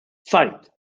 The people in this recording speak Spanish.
fight